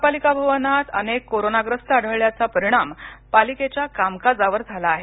महापालिका भवनात अनेक कोरोनाग्रस्त आढळल्याचा परिणाम पालिकेच्या कामकाजावर झाला आहे